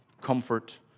comfort